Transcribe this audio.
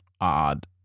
odd